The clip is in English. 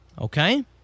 Okay